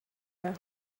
ear